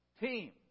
team